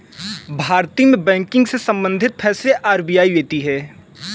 भारत में बैंकिंग से सम्बंधित फैसले आर.बी.आई लेती है